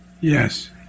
Yes